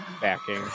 backing